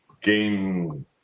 game